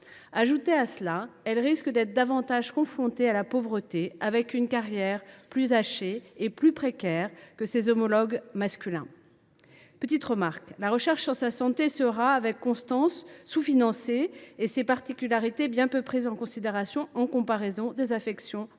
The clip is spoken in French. Ajoutons qu’elle risque d’être davantage confrontée à la pauvreté, avec une carrière plus hachée et plus précaire que ses homologues masculins. Petite remarque : la recherche sur sa santé sera, avec constance, sous financée, et ses particularités bien peu prises en considération en comparaison des affections dont les